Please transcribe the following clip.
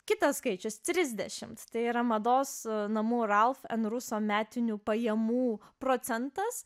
kitas skaičius trisdešimt tai yra mados namų ralf en ruso metinių pajamų procentas